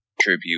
tribute